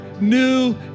new